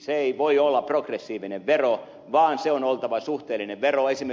se ei voi olla progressiivinen vero vaan sen on oltava suhteellinen vero